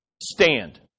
stand